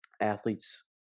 athletes